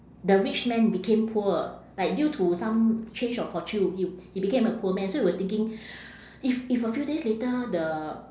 the rich man became poor like due to some change of fortune he he became a poor man so he was thinking if if a few days later the